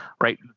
right